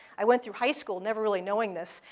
i went through high school never really knowing this.